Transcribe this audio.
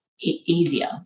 easier